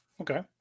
Okay